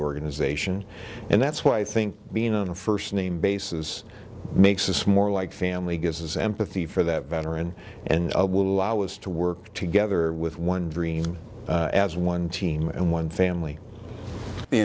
organization and that's why i think being on a first name basis makes us more like family gives us empathy for that veteran and will allow us to work together with one dream as one team and one family the